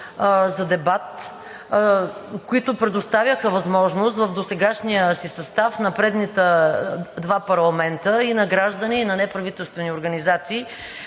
за дебат, които предоставяха възможност в досегашния си състав на предните два парламента и на граждани, и на неправителствени организации